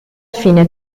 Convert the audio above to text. fine